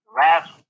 last